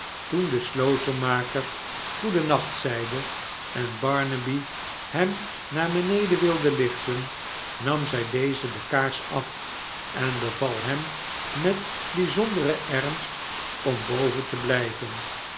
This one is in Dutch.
toen de slotenmaker goeden nacht zeide en barnaby hem naar beneden wilde lichten nam zij dezen de kaars af en beval hem met bijzonderen ernst om boven te blijven